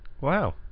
Wow